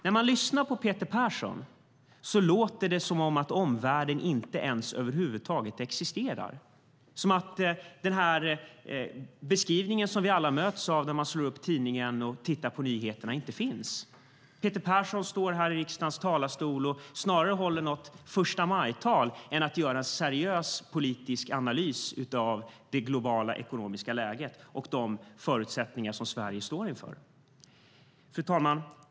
När man lyssnar på Peter Persson låter det som om omvärlden över huvud taget inte existerar och som om den beskrivning som vi alla möts av när vi slår upp tidningen och tittar på nyheterna inte finns. Peter Persson står här i riksdagens talarstol och håller snarare ett förstamajtal än att göra en seriös politisk analys av det globala ekonomiska läget och de förutsättningar som Sverige står inför. Fru talman!